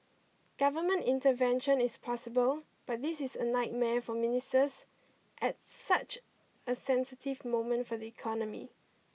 government intervention is possible but this is a nightmare for ministers at such a sensitive moment for the economy